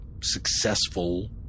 successful